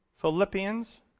Philippians